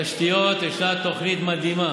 תשתיות, יש תוכנית מדהימה